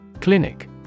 Clinic